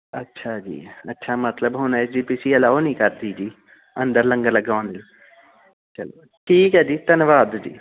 ਅੱਛਾ ਜੀ ਅੱਛਾ ਮਤਲਬ ਹੁਣ S G P C allow ਨਹੀਂ ਕਰਦੀ ਜੀ ਅੰਦਰ ਲੰਗਰ ਲਗਾਉਣ ਲਈ ਚਲੋ ਠੀਕ ਹੈ ਜੀ ਧੰਨਵਾਦ ਜੀ